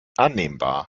annehmbar